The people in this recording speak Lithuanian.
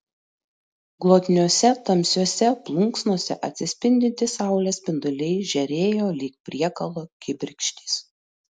glotniose tamsiose plunksnose atsispindintys saulės spinduliai žėrėjo lyg priekalo kibirkštys